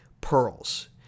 pearls